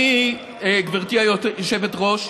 אני, גברתי היושבת-ראש,